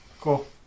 Cool